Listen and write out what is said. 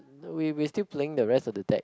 no we we are still playing the rest of the deck